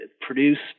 produced